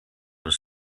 was